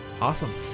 Awesome